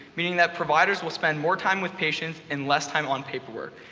meaning that providers will spend more time with patients and less time on paperwork.